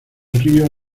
rio